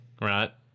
right